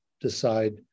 decide